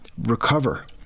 recover